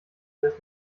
des